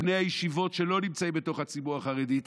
גם את ציבור בני הישיבות שלא נמצאים בתוך הציבור החרדי,